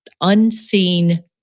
unseen